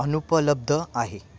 अनुपलब्ध आहे